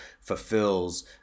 fulfills